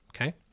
Okay